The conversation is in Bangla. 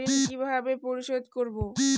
ঋণ কিভাবে পরিশোধ করব?